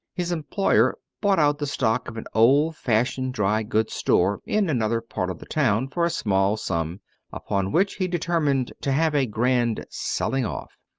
his employer bought out the stock of an old-fashioned dry-goods store in another part of the town for a small sum upon which he determined to have a grand selling off.